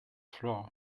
floor